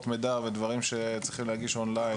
מידע ודברים שצריכים להגיש און-ליין,